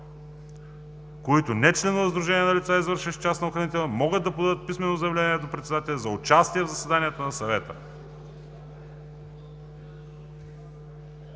„които не членуват в сдружение на лица, извършващи частна охранителна дейност, могат да подадат писмено заявление до председателя за участие в заседанието на съвета“.